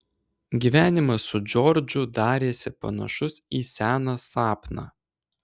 gyvenimas su džordžu darėsi panašus į seną sapną